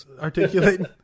articulating